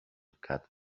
cut